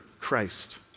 Christ